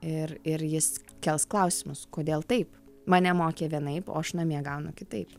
ir ir jis kels klausimus kodėl taip mane mokė vienaip o aš namie gaunu kitaip